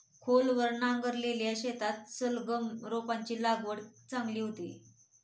खोलवर नांगरलेल्या शेतात सलगम रोपांची वाढ चांगली होते